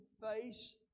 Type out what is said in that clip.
face